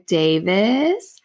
davis